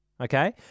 Okay